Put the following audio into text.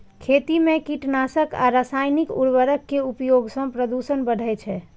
खेती मे कीटनाशक आ रासायनिक उर्वरक के उपयोग सं प्रदूषण बढ़ै छै